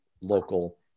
local